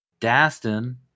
Dastin